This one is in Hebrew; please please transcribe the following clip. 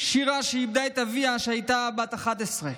שירה איבדה את אביה כשהייתה בת 11,